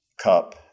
Cup